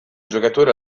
giocatore